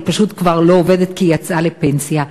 היא פשוט כבר לא עובדת כי היא יצאה לפנסיה.